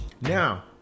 Now